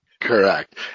Correct